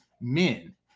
men